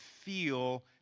feel